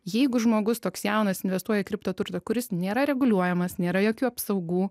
jeigu žmogus toks jaunas investuoja į kriptoturtą kuris nėra reguliuojamas nėra jokių apsaugų